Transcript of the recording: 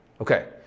Okay